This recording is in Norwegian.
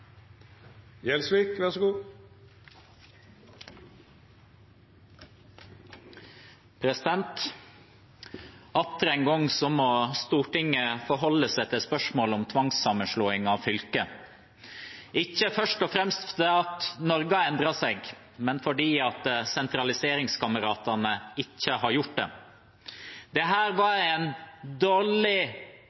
Atter en gang må Stortinget forholde seg til spørsmålet om tvangssammenslåing av fylker, ikke først og fremst fordi Norge har endret seg, men fordi sentraliseringskameratene ikke har gjort det. Dette var en dårlig